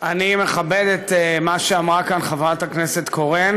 אני מכבד את מה שאמרה כאן חברת הכנסת קורן,